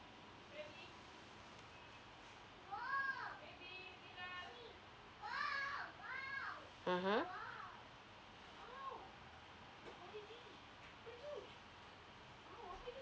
(uh huh)